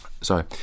Sorry